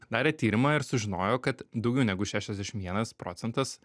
darė tyrimą ir sužinojo kad daugiau negu šešiasdešim vienas procentas